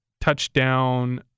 touchdown